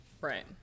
right